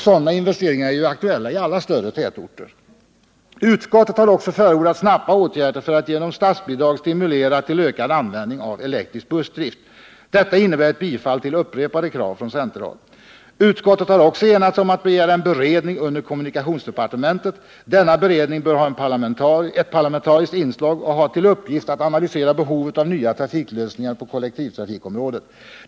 Dessa investeringar är ju aktuella i alla större tätorter. Utskottet har också förordat snabba åtgärder för att genom statsbidrag stimulera till ökad användning av elektrisk bussdrift. Detta innebär ett bifall till upprepade krav från centerhåll. Utskottet har också enats om att begära en beredning under kommunikationsdepartementet. Denna beredning bör ha ett parlamentariskt inslag och ha till uppgift att analysera behovet av nya trafiklösningar på kollektivtrafikområdet.